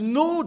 no